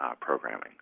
programming